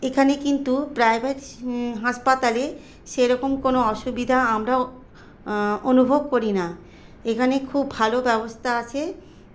এখানে কিন্তু প্রাইভেট হাসপাতালে সেরকম কোন অসুবিধা আমরা অনুভব করিনা এখানে খুব ভালো ব্যবস্থা আছে